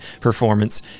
performance